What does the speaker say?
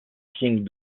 king